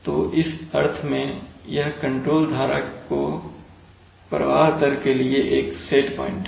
तो इस अर्थ में यह कंट्रोल धारा की प्रवाह दर के लिए एक सेट प्वाइंट है